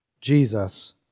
Jesus